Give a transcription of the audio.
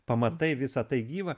pamatai visa tai gyva